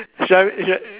should I should I